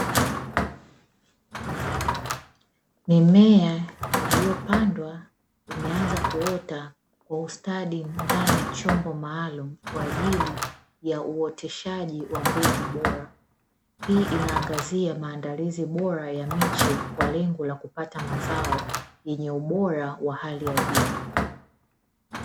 Mimea iliyopandwa imeanza kuota kwa ustadi, ndani ya chumba maalumu, kwa ajili ya uoteshaji wa mbegu bora, hii inaangazia maandalizi bora ya miche, kwa lengo la kupata mazao yenye ubora wa hali ya juu.